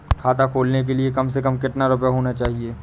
खाता खोलने के लिए कम से कम कितना रूपए होने चाहिए?